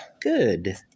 Good